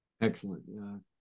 Excellent